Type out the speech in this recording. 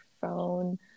phone